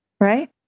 Right